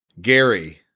Gary